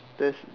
that's